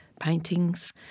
paintings